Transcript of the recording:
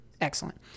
excellent